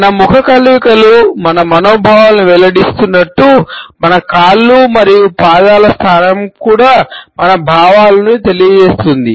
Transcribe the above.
మన ముఖ కవళికలు మన భావాలను వెల్లడిస్తున్నట్లు మన కాళ్ళు మరియు పాదాల స్థానం కూడా మన భావాలను తెలియజేస్తుంది